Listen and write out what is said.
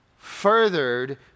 furthered